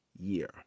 Year